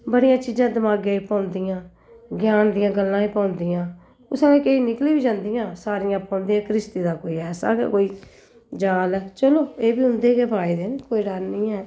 बड़ियां चीजां दमागे च पौंदियां ग्यान दियां गल्लां बी पौंदियां कुसलै केई निकली बी जंदियां सारियां पौंदे घरिस्ती दा कोई ऐसा गै कोई जाल ऐ चलो एह् वी उंदे गै पाए दे न कोई डर निं ऐ